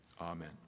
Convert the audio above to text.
Amen